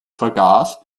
vergaß